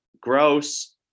gross